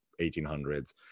1800s